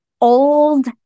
old